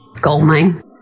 Goldmine